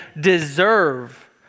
deserve